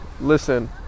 Listen